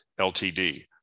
Ltd